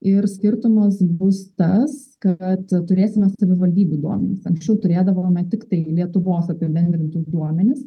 ir skirtumas bus tas kad turėsime savivaldybių duomenis anksčiau turėdavome tik tai lietuvos apibendrintus duomenis